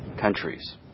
countries